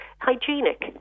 hygienic